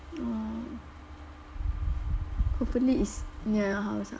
oh hopefully it's near your house ah